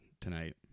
tonight